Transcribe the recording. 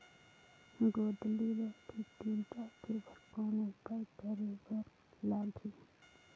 गोंदली ल अधिक दिन राखे बर कौन उपाय करे बर लगही?